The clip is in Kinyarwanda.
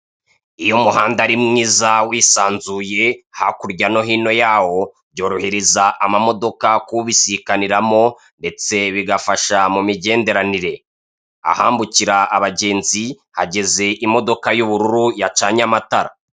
Iyo umuhanda ari mwiza wisanzuye hakurya no hino yawo, byorohereza amamodoka kubisikanimo ndetse bigafasha mu migenderanire, ahambukira abagenzi hageze imodoka y'ubururu yacanye amatara.